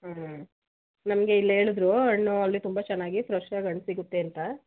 ಹ್ಞೂ ನಮಗೆ ಇಲ್ಲಿ ಹೇಳಿದ್ರೂ ಹಣ್ಣು ಅಲ್ಲಿ ತುಂಬ ಚೆನ್ನಾಗಿ ಫ್ರೆಶ್ಶಾಗಿ ಹಣ್ ಸಿಗುತ್ತೆ ಅಂತ